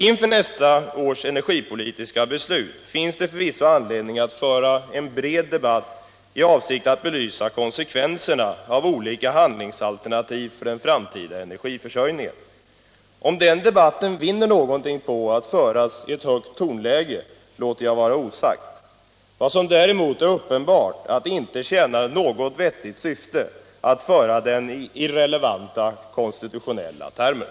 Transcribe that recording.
Inför nästa års energipolitiska beslut finns det förvisso anledning att föra en bred debatt i avsikt att belysa konsekvenserna av olika handlingsalternativ för den framtida energiförsörjningen. Om den debatten vinner någonting på att föras i högt tonläge låter jag vara osagt. Vad som däremot är uppenbart är att det inte tjänar något vettigt syfte att föra den i irrelevanta konstitutionella termer.